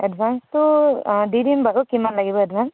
এডভাঞ্চটো দি দিম বাৰু কিমান লাগিব এডভাঞ্চ